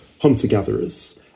hunter-gatherers